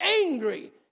angry